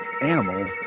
animal